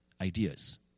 ideas